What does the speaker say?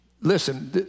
Listen